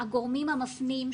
הגורמים המפנים,